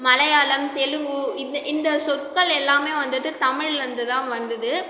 மலையாளம் தெலுங்கு இது இந்த சொற்கள் எல்லாமே வந்துவிட்டு தமிழ்லருந்துதான் வந்துது